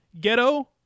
Ghetto